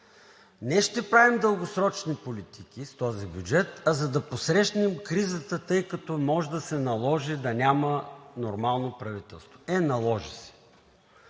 не ще правим дългосрочни политики с този бюджет, а за да посрещнем кризата, тъй като може да се наложи да няма нормално правителство. Е, наложи се.